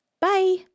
Bye